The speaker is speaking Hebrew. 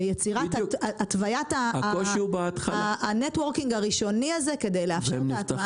ביצירת התוויית הנטוורקינג הראשוני הזה כדי לאפשר את ההטמעה.